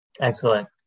Excellent